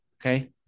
Okay